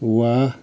वाह